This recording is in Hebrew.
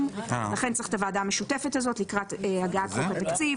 ולכן צריך את הוועדה המשותפת הזאת לקראת הגעת חוק התקציב.